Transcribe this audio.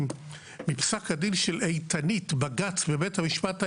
מפסק הדין של "איתנית" בג"ץ בבית המשפט העליון,